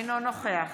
אינו נוכח